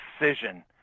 decision